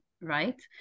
right